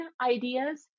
ideas